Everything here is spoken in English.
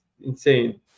insane